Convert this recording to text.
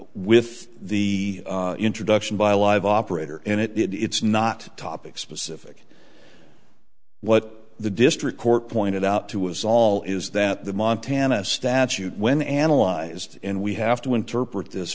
with the introduction by a live operator in it it's not topic specific what the district court pointed out to us all is that the montana statute when analyzed and we have to interpret this